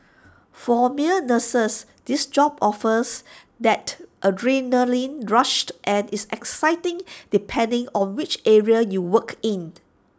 for male nurses this job offers that adrenalin rushed and is exciting depending on which area you work in